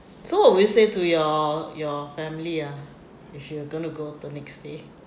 so what would you say to your your family ah if you are going to go the next day